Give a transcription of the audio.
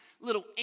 little